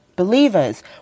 believers